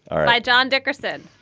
all right. john dickerson.